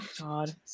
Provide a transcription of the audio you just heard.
God